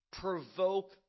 provoke